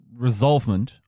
resolvement